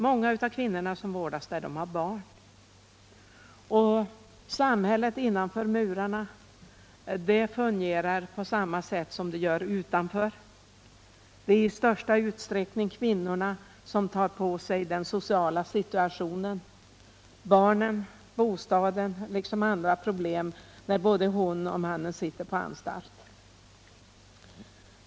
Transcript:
Många av kvinnorna som vårdas på Hinseberg har barn, och samhället fungerar på samma sätt innanför murarna som det gör utanför. Det är i största utsträckning kvinnorna som tar på sig ansvaret för den sociala situationen — barnen och bostaden liksom andra problem — när både hon och mannen sitter på anstalt.